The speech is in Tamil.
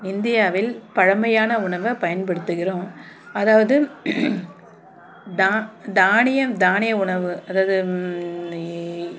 இந்தியாவில் பழமையான உணவை பயன்படுத்துகிறோம் அதாவது தானியம் தானிய உணவு அதாவது